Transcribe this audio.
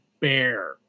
Bear